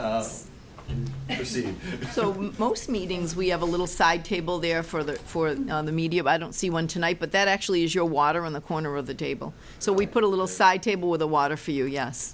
cd so most meetings we have a little side table there for the for the media but i don't see one tonight but that actually is your water on the corner of the table so we put a little side table with the water for you yes